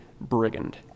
brigand